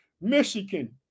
Michigan